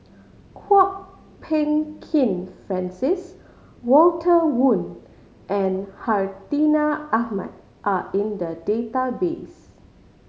Kwok Peng Kin Francis Walter Woon and Hartinah Ahmad are in the database